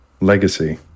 legacy